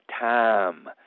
time